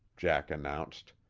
jack announced.